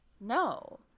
No